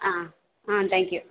ஆ ஆ thank you